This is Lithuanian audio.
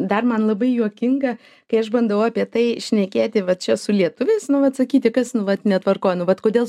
dar man labai juokinga kai aš bandau apie tai šnekėti va čia su lietuviais nu vat sakyti kas nu vat netvarkoj nu vat kodėl